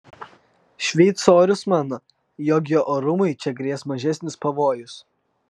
šveicorius mano jog jo orumui čia grės mažesnis pavojus